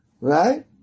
Right